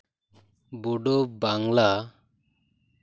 Bodo Bangla